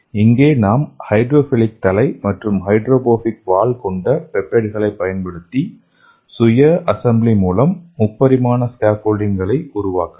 இங்கே நாம் ஹைட்ரோஃபிலிக் தலை மற்றும் ஹைட்ரோபோபிக் வால் கொண்ட பெப்டைட்களைப் பயன்படுத்தி சுய அசெம்பிளி மூலம் முப்பரிமாண ஸ்கேஃபோல்டிங்களை உருவாக்கலாம்